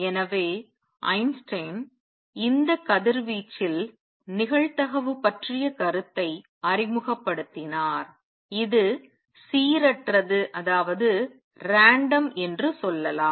எனவே ஐன்ஸ்டீன் இந்த கதிர்வீச்சில் நிகழ்தகவு பற்றிய கருத்தை அறிமுகப்படுத்தினார் இது சீரற்றது என்று சொல்லலாம்